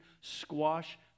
squash